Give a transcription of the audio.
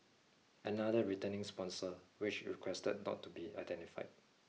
another returning sponsor which requested not to be identified